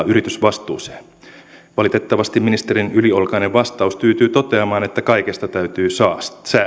yritysvastuuseen valitettavasti ministerin yliolkainen vastaus tyytyy toteamaan että kaikesta täytyy säästää